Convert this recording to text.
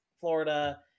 Florida